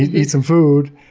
eat some food,